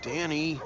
Danny